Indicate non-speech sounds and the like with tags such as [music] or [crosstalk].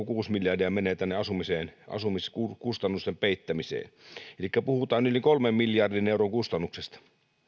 [unintelligible] kuusi miljardia menee tänne asumiskustannusten peittämiseen elikkä puhutaan yli kolmen miljardin euron kustannuksesta